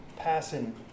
passing